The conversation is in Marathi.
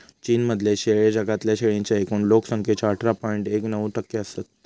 चीन मधले शेळे जगातल्या शेळींच्या एकूण लोक संख्येच्या अठरा पॉइंट एक नऊ टक्के असत